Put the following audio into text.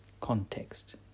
context